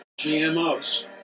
GMOs